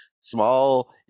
small